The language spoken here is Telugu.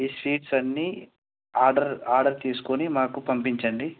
ఈ స్వీట్స్ అన్నీ ఆర్డర్ ఆర్డర్ తీసుకుని మాకు పంపించండి